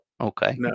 okay